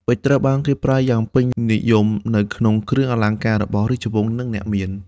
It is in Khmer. ពេជ្រត្រូវបានគេប្រើយ៉ាងពេញនិយមនៅក្នុងគ្រឿងអលង្ការរបស់ រាជវង្ស និង អ្នកមាន។